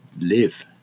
live